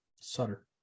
Sutter